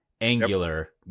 Angular